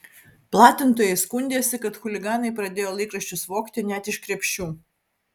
platintojai skundėsi kad chuliganai pradėjo laikraščius vogti net iš krepšių